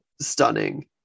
stunning